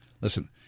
listen